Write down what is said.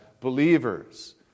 believers